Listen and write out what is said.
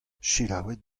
selaouit